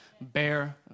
bear